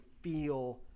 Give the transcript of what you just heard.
feel